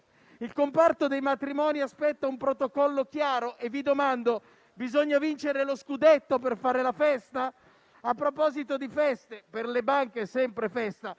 Il comparto dei matrimoni aspetta un protocollo chiaro e vi domando: bisogna vincere lo scudetto per fare la festa? A proposito di feste, per le banche è sempre festa,